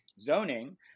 zoning